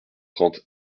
trente